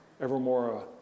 evermore